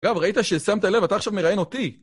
אגב, ראית ששמת לב? אתה עכשיו מראיין אותי.